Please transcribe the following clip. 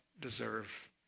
deserve